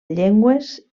llengües